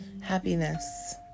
happiness